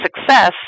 success